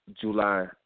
July